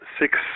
six